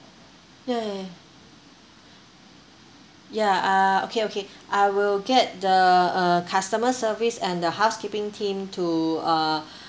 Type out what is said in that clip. ya ya ya ya uh okay okay I will get the uh customer service and the housekeeping team to uh